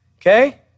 Okay